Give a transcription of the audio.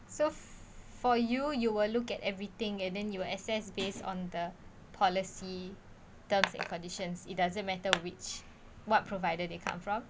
so for you you will look at everything and then you will assess based on the policy terms and conditions it doesn't matter which what provider they come from